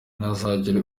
ntihazagire